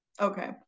okay